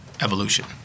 evolution